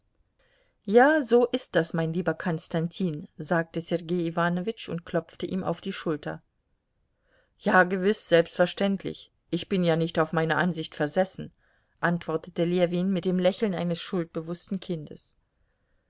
ja so ist das mein lieber konstantin sagte sergei iwanowitsch und klopfte ihm auf die schulter ja gewiß selbstverständlich ich bin ja nicht auf meine ansicht versessen antwortete ljewin mit dem lächeln eines schuldbewußten kindes